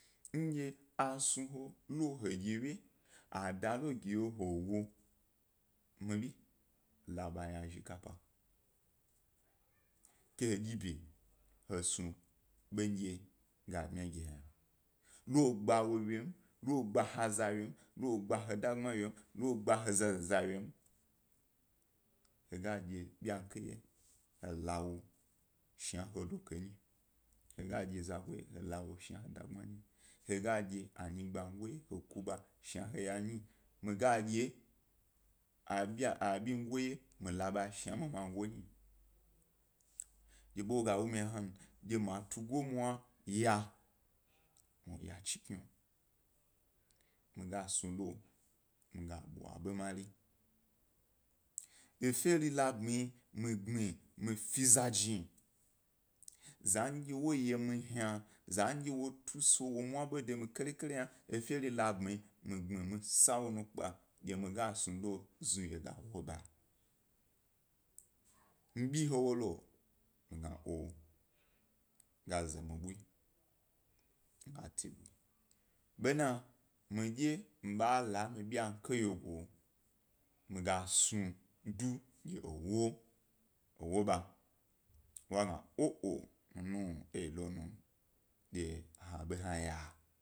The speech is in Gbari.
Ndye a snu he lo he gewye a da kogi he, he wo, mi bi la ba yazhi kappa ke he dyi ḃe he snu ḃandye ga ḃmaya ge ha yna, lo gba wyem, lo gba aza wyem, logba ha dogma wye, logba-he zaza wyem, he dye benkye wye he la wo shna he dokye nyi, he dye zago wye he lo wo shna he dagbma nyi anyi gbmago wye kuḃa shna he ya nyi, mi ga dye binyigo wye milaba shna mi mago nyi dye ḃo woga wu mi hna, dye ma tugomwa ya chi kai, mi gas nu lo mi ga bwa ḃo mari. Dye efe rilabmi sa mi gbmi mi fe zajni, sandye wo mu ḃo de mi kari kari hna mi gbmi saw o nukpe, ndye mi gas nu lo dye znuwye ga wo ḃa. mi bi he wo lo mi ga ooo, ga za mu ḃu mi ga tibu, be name ḃa la emi benkye wyegu miga snu do gye wo ḃa, wo ga gna ooo eyi lo num dye ha ḃo hna ya.